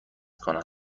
کنم